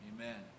Amen